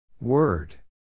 word